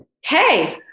Hey